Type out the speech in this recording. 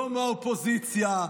לא מהאופוזיציה,